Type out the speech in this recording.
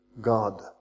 God